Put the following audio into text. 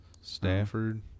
Stafford